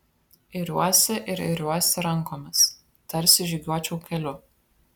iriuosi ir iriuosi rankomis tarsi žygiuočiau keliu